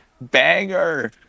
banger